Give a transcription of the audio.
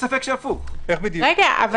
מגיעים